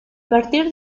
partir